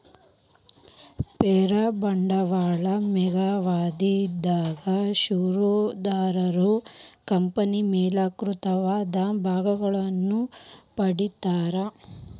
ಷೇರ ಬಂಡವಾಳ ದೇರ್ಘಾವಧಿ ಇದರಾಗ ಷೇರುದಾರರು ಕಂಪನಿ ಮಾಲೇಕತ್ವದ ಭಾಗವನ್ನ ಪಡಿತಾರಾ